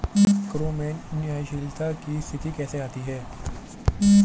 करों में न्यायशीलता की स्थिति कैसे आती है?